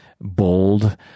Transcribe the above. bold